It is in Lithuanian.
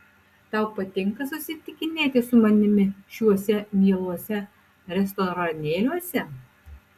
tau patinka susitikinėti su manimi šiuose mieluose restoranėliuose